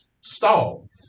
stall